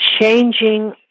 changing